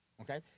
Okay